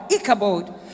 Ichabod